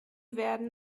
werden